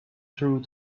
through